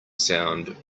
sound